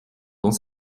dans